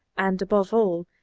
and, above all,